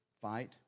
fight